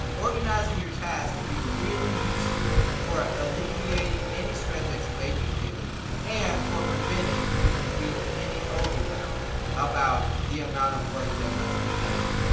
organizing your tasks can be really useful for alleviating any stress that you may be feeling and from preventing you from feeling any overwhelm about the amount of work that must be done.